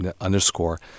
underscore